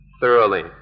thoroughly